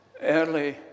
early